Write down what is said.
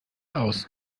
aus